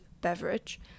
beverage